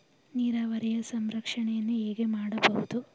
ನೀರಾವರಿಯ ಸಂರಕ್ಷಣೆಯನ್ನು ಹೇಗೆ ಮಾಡಬಹುದು?